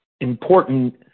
important